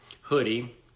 hoodie